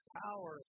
power